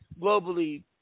globally